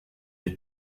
est